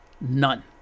None